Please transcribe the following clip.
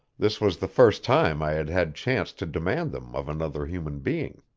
this was the first time i had had chance to demand them of another human being.